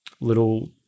little